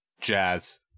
jazz